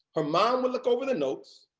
her mom would look over the notes.